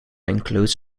includes